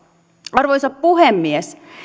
arvoisa puhemies